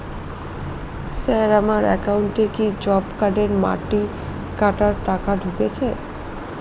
Sir আমার একাউন্টে কি জব কার্ডের মাটি কাটার টাকা ঢুকেছে?